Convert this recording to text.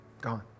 Gone